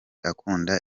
akunda